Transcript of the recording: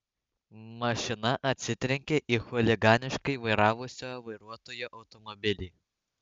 mašina atsitrenkė į chuliganiškai vairavusio vairuotojo automobilį